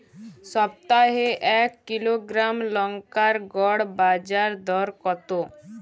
সপ্তাহে এক কিলোগ্রাম লঙ্কার গড় বাজার দর কতো?